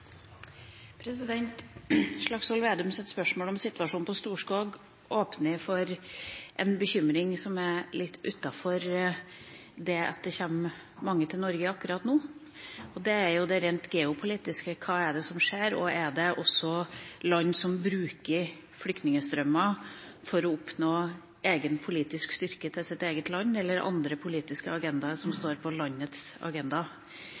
spørsmål om situasjonen på Storskog åpner for en bekymring som er litt utenfor det at det kommer mange til Norge akkurat nå, nemlig det rent geopolitiske. Hva er det som skjer? Er det land som bruker flyktningstrømmen for å oppnå politisk styrke til sitt eget land, eller kan de ha andre politiske agendaer?